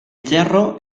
gerro